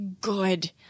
good